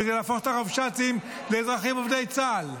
להפוך את הרבש"צים לאזרחים עובדי צה"ל.